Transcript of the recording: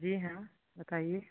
जी हाँ बताईए